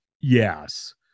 yes